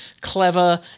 clever